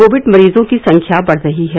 Covid मरीजों की संख्या बढ़ रही है